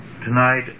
Tonight